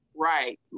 Right